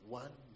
one